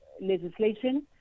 legislation